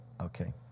okay